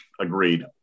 Agreed